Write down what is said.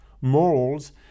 morals